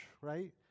right